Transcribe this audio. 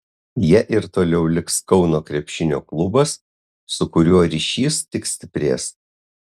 ja ir toliau liks kauno krepšinio klubas su kuriuo ryšys tik stiprės